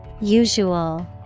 Usual